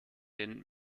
den